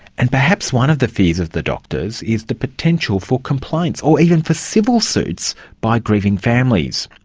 and perhaps one of the fears of the doctors is the potential for complaints, or even for civil suits by grieving families.